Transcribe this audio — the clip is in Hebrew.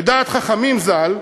לדעת חכמים ז"ל,